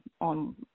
on